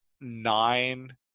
nine